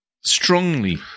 strongly